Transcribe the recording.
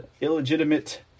illegitimate